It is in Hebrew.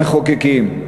המחוקקים?